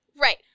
right